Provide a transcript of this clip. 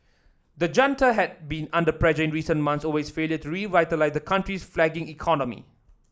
the junta had been under pressure in recent months over its failure to revitalise the country's flagging economy